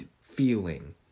feeling